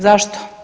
Zašto?